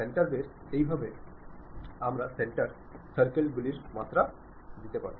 centre base এভাবেই আমরা centre ভিত্তিক সার্কেল গুলির মাত্রা দিতে পারি